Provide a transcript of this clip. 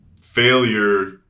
failure